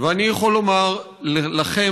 ואני יכול לומר לכם,